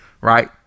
right